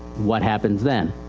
what happens then?